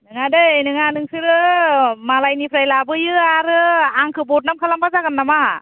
नङा दै नङा नोंसोरो मालायनिफ्राय लाबोयो आरो आंखौ बदनाम खालामबा जागोन नामा